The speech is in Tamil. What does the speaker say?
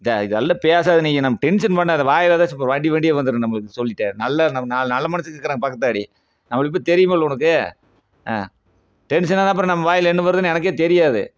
த இதெல்லாம் பேசாத நீ நமக்கு டென்ஷன் பண்ணாத வாயில் எதாச்சும் இப்போ வண்டி வண்டியாக வந்துடும் நம்மளுக்கு சொல்லிட்டேன் நல்ல நமக்கு நாலு மனுசங்க இருக்குறாங்க பக்கத்தாடி நம்மள பற்றி தெரியுமுல்ல ஒனக்கு ஆ டென்ஷன் ஆனால் அப்புறம் நம்ம வாயில் என்ன வருதுன்னு எனக்கே தெரியாது